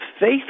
faith